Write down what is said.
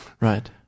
Right